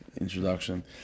introduction